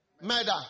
Murder